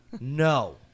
No